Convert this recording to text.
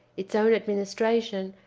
its own administration,